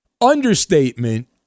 understatement